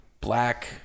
black